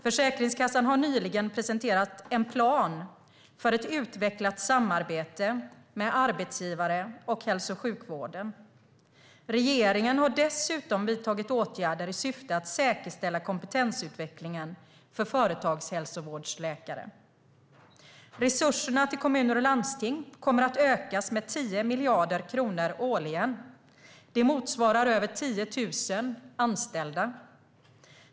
Försäkringskassan har nyligen presenterat en plan för ett utvecklat samarbete med arbetsgivare och hälso och sjukvården. Regeringen har dessutom vidtagit åtgärder i syfte att säkerställa kompetensutvecklingen för företagshälsovårdsläkare. Resurserna till kommuner och landsting kommer att ökas med 10 miljarder kronor årligen. Det motsvarar över 10 000 anställda.